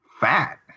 fat